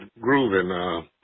grooving